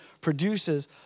produces